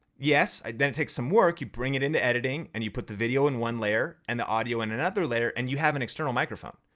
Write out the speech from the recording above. yes, i'd then take some work, you bring it into editing and you put the video in one layer and the audio and another layer and you have an external microphone.